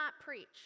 preach